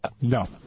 No